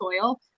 soil